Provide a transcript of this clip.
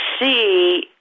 see